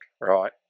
right